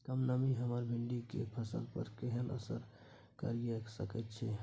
कम नमी हमर भिंडी के फसल पर केहन असर करिये सकेत छै?